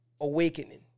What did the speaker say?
awakening